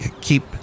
keep